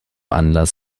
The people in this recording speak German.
anlass